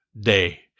day